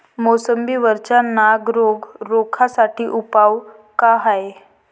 मोसंबी वरचा नाग रोग रोखा साठी उपाव का हाये?